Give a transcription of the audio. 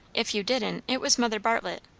if you didn't, it was mother bartlett.